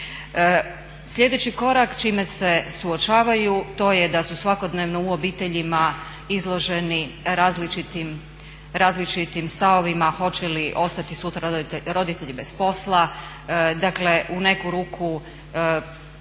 Sljedeći korak s čime se suočavaju to je da su svakodnevno u obiteljima izloženi različitim stavovima hoće li ostati sutra roditelji bez posla, dakle u neku ruku